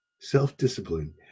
Self-discipline